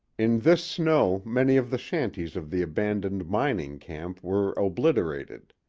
in this snow many of the shanties of the abandoned mining camp were obliterated,